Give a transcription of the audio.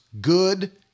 good